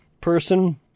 person